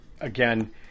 again